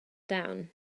down